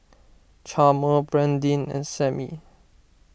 Chalmer Brandyn and Sammie